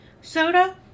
soda